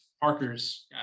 Parker's